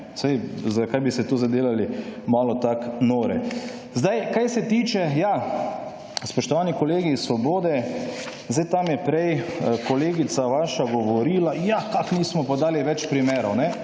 saj, zakaj bi se tu zdaj delali malo tak nore. Zdaj, kaj se tiče, ja, spoštovani kolegi iz Svobode. Zdaj, tam je prej kolegica vaša govorila, ja, kako nismo podali več primerov.